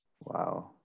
wow